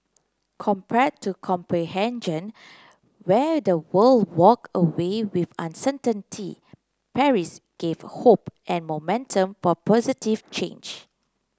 compared to Copenhagen where the world walked away with uncertainty Paris gave hope and momentum for positive change